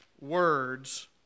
words